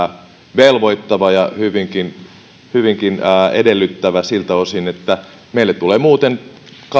velvoittava ja hyvinkin hyvinkin edellyttävä siltä osin että meille tulee muuten